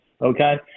Okay